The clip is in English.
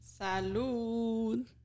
Salud